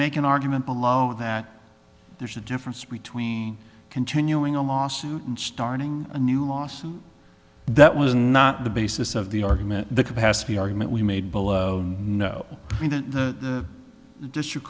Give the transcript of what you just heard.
make an argument below that there's a difference between continuing a lawsuit and starting a new lawsuit that was not the basis of the argument the capacity argument we made below in the district